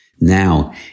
Now